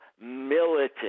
militant